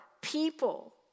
people